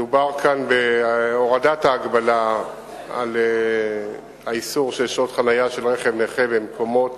מדובר כאן בהורדת ההגבלה על שעות חנייה של רכב נכה במקומות